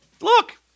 look